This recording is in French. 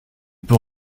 peut